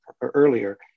earlier